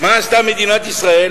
מה עשתה מדינת ישראל?